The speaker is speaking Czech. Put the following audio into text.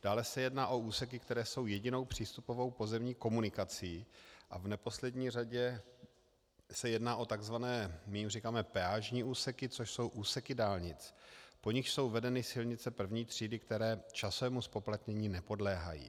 Dále se jedná o úseky, které jsou jedinou přístupovou pozemní komunikací a v neposlední řadě se jedná o takzvané my jim říkáme peážní úseky, což jsou úseky dálnic, po nichž jsou vedeny silnice I. třídy, které časovému zpoplatnění nepodléhají.